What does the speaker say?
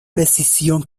precisión